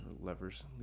levers